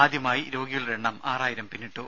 ആദ്യമായി രോഗികളുടെ എണ്ണം ആറായിരം പിന്നിട്ടു